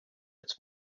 its